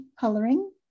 coloring